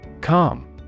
Calm